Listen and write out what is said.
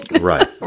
Right